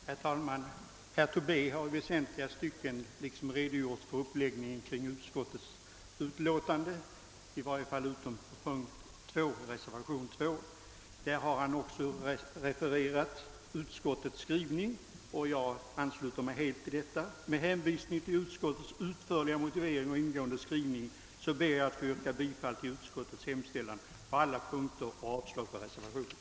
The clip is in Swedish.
Herr talman! Herr Tobé har i väsentliga stycken redogjort för uppläggningen av utskottets utlåtande, i varje fall utan att gå in på reservationen II. Han har refererat utskottets skrivning och jag ansluter mig helt till denna. Med hänvisning till utskottets utförliga motivering och ingående skrivning ber jag att få yrka bifall till utskottets hemställan på alla punkter och alltså avslag på reservationerna.